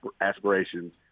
aspirations